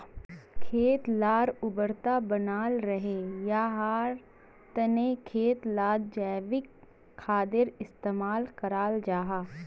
खेत लार उर्वरता बनाल रहे, याहार तने खेत लात जैविक खादेर इस्तेमाल कराल जाहा